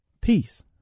peace